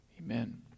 Amen